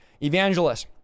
evangelists